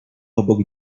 obok